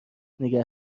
نگه